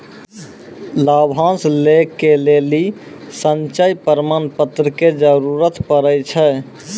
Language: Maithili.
लाभांश लै के लेली संचय प्रमाण पत्र के जरूरत पड़ै छै